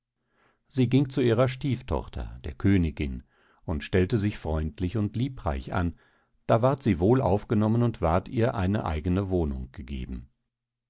sie ging zu ihrer stieftochter der königin und stellte sich freundlich und liebreich an da ward sie wohl aufgenommen und ward ihr eine eigene wohnung gegeben